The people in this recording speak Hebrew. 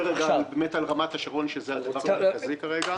ברמת השרון, שזה הדבר המרכזי כרגע,